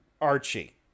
Archie